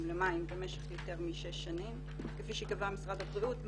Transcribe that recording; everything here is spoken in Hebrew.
למים במשך יותר משש שנים כפי שקבע משרד הבריאות.